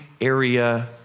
area